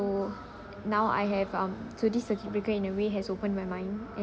so now I have um so this circuit breaker in a way has opened my mind and